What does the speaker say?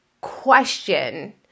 question